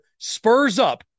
SPURSUP